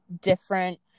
different